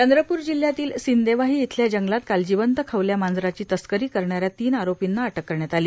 चंद्रपूर जिल्ह्यातील सिंदेवाही इथल्या जंगलात काल जिवंत खवल्या मांजराची तस्करी करणाऱ्या तीन आरोपींना अटक करण्यात आली